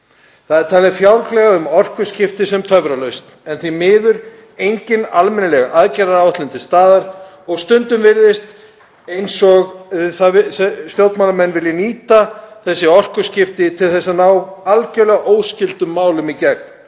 Það er talað fjálglega um orkuskipti sem töfralausn en því miður er engin almennileg aðgerðaáætlun til staðar og stundum virðist eins og stjórnmálamenn vilji nýta þessi orkuskipti til að ná algerlega óskyldum málum í gegn,